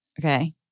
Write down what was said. okay